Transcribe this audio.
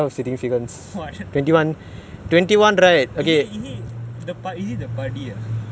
is it is it the படியா:padiyaa you know about the or பதினெட்டு:pathinettu oh different lah